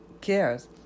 cares